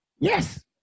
Yes